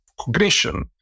cognition